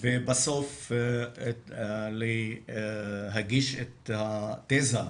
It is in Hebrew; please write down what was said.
ובסוף להגיש את התזה,